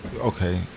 Okay